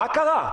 מה קרה?